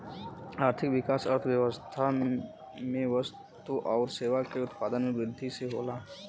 आर्थिक विकास अर्थव्यवस्था में वस्तु आउर सेवा के उत्पादन में वृद्धि से हौ